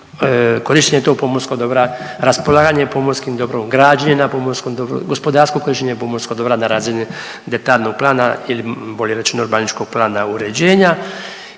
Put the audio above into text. korištenje tog pomorskog dobra, raspolaganje pomorskim dobrom, građenje na pomorskom dobru, gospodarsko korištenje pomorskog dobra na razini detaljnog plana ili bolje rečeno urbaničkog plana uređenja.